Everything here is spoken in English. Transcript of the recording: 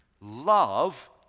Love